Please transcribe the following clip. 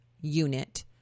unit